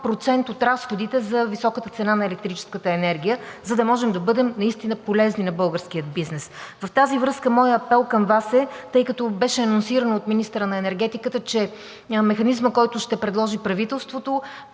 процент от разходите за високата цена на електрическата енергия, за да можем да бъдем наистина полезни на българския бизнес. Тъй като беше анонсирано от министъра на енергетиката, че механизмът, който ще предложи правителството,